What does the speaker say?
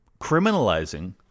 Criminalizing